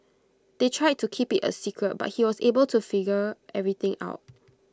they tried to keep IT A secret but he was able to figure everything out